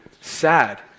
sad